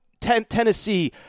Tennessee